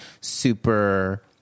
super